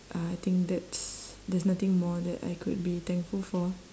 uh I think that's there's nothing more that I could be thankful for